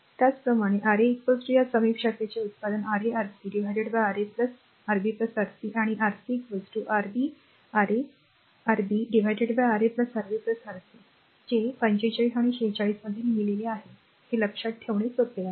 त्याचप्रमाणे r a या समीप शाखेचे उत्पादन Ra Rc Ra Rb Rc आणि Rc Rb Ra Ra Rb Ra Rb Rc जे इथे 45 46 मध्ये लिहिलेले आहे ते लक्षात ठेवणे सोपे आहे